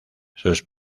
sus